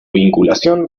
vinculación